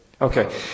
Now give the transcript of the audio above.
Okay